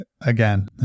again